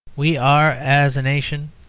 we are, as a nation,